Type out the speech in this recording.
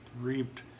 reaped